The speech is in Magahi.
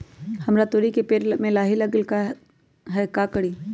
हमरा तोरी के पेड़ में लाही लग गेल है का करी?